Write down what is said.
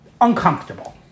uncomfortable